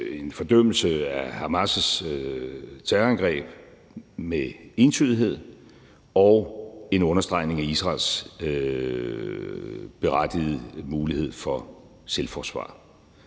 fordømmelse af Hamas' terrorangreb og en understregning af Israels berettigede mulighed for selvforsvar.